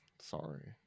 Sorry